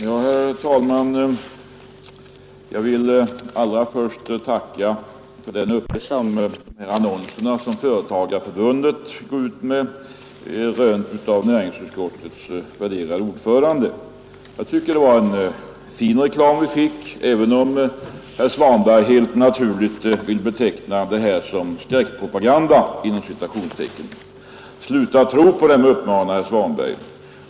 Herr talman! Jag vill allra först tacka för den uppmärksamhet som de annonser Svenska företagares riksförbund går ut med har rönt av näringsutskottets värderade ordförande. Jag tycker det var en fin reklam vi i förbundet fick, även om herr Svanberg helt naturligt vill beteckna annonserna såsom ”skräckpropaganda”. Sluta tro på dem, uppmanar herr Svanberg.